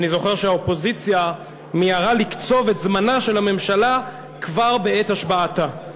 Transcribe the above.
אני זוכר שהאופוזיציה מיהרה לקצוב את זמנה של הממשלה כבר בעת השבעתה.